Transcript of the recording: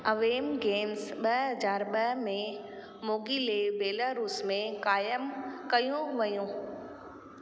अवेम games ॿ हज़ार ॿ में मोगिलेव बेलारूस में कायमु कयूं वियूं